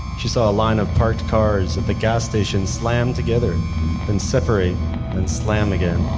she saw a line of parked cars at the gas station slam together and separate and slam again.